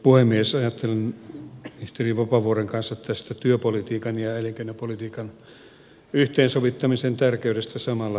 ajattelen ministeri vapaavuoren kanssa tästä työpolitiikan ja elinkeinopolitiikan yhteensovittamisen tärkeydestä samalla tavalla